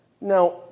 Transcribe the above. Now